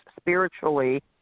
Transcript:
spiritually